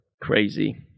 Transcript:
Crazy